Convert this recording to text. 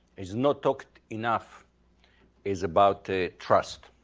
is not talked enough is about trust.